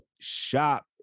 shop